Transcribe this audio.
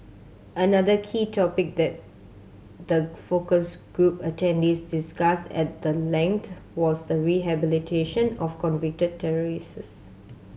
another key topic that the focus group attendees discussed at the length was the rehabilitation of convicted terrorists